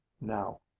now